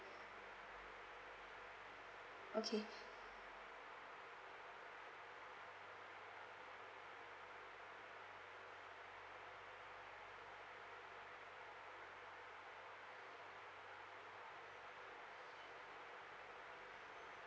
okay